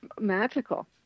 magical